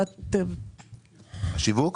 השיווק.